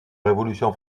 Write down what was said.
révolution